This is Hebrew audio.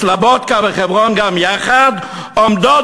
'סלובודוקה' ו'חברון' גם יחד עומדות